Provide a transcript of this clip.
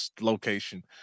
location